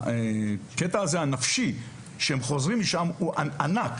הקטע הנפשי, כשהם חוזרים משם, הוא ענק.